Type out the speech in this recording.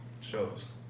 shows